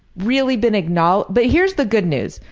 really been acknowledged. but here's the good news.